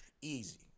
easy